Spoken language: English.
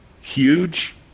huge